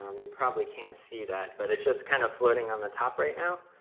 um you probably can't see that but it's just kind of floating on the top right now